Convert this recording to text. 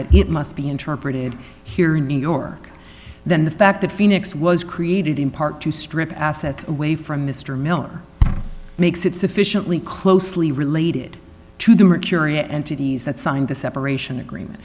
that it must be interpreted here in new york then the fact that phoenix was created in part to strip assets away from mr miller makes it sufficiently closely related to them are curia entities that signed the separation agreement